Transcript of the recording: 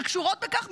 שקשורות בכך.